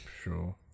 Sure